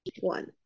One